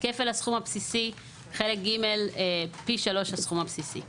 כפל הסכום הבסיסי, חלק ג' פי שלוש הסכום הבסיסי.